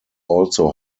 also